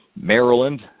maryland